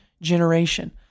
generation